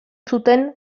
zuten